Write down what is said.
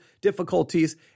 difficulties